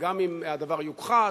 וגם אם הדבר יוכחש,